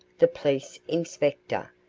the police inspector,